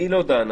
היא לא דנה,